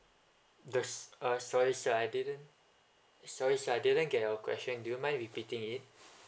does uh sorry I didn't sorry I didn't get your question do you mind repeating it